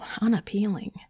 unappealing